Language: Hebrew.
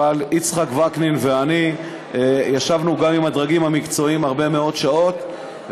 אבל יצחק וקנין ואני ישבנו גם עם הדרגים המקצועיים הרבה מאוד שעות,